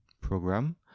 program